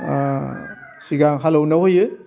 सिगां हालेवनायाव होयो